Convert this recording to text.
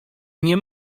nie